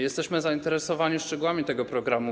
Jesteśmy zainteresowani szczegółami tego programu.